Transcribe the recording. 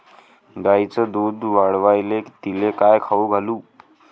गायीचं दुध वाढवायले तिले काय खाऊ घालू?